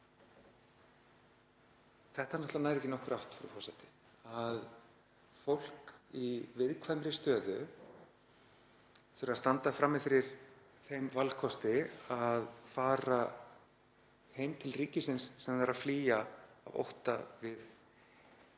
Þetta nær ekki nokkurri átt, frú forseti, að fólk í viðkvæmri stöðu þurfi að standa frammi fyrir þeim valkosti að fara heim til ríkisins sem það þarf að flýja af ótta við,